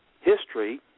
History